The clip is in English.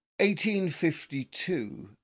1852